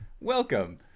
Welcome